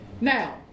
Now